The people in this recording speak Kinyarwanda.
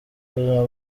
ubuzima